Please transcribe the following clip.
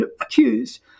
accused